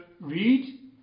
read